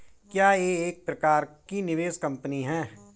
क्या यह एक प्रकार की निवेश कंपनी है?